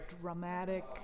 dramatic